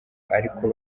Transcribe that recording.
ariko